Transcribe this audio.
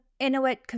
Inuit